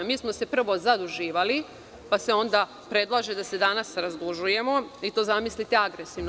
Mi smo se prvo zaduživali, pa se onda predlaže da se danas razdužujemo, i to zamislite agresivno.